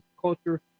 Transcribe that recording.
culture